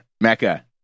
Mecca